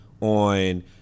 on